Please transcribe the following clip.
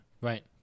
Right